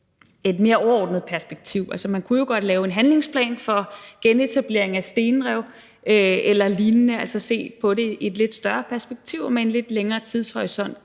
et mere overordnet perspektiv. Altså, man kunne jo godt lave en handlingsplan for genetableringen af stenrev eller lignende – altså se på det i et lidt større perspektiv og med en lidt længere tidshorisont.